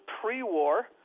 pre-war